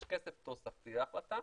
יש כסף תוספתי להחלטה,